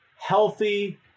healthy